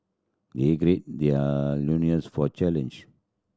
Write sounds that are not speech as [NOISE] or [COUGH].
they [UNINTELLIGIBLE] their loins for challenge